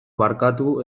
barkatu